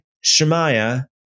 Shemaiah